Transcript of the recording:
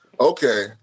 Okay